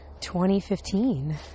2015